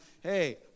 hey